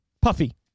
Puffy